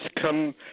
come